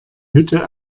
hütte